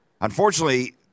Unfortunately